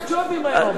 את הג'ובים היום?